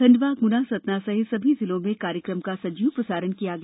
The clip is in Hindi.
खंडवा गुना सतना सहित सभी जिलों में कार्यक्रम का सजीव प्रसारण किया गया